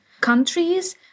countries